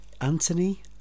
Anthony